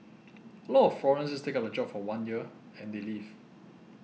a lot of foreigners just take up the job for one year and they leave